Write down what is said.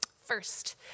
First